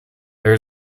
there